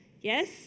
Yes